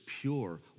pure